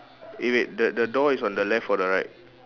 eh wait the the door is on the left or the right